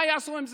מה יעשו עם זה?